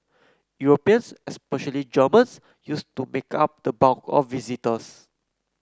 Europeans especially Germans used to make up the bulk of visitors